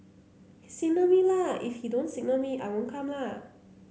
he signal me la if he don't signal me I won't come la